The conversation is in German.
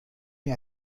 mir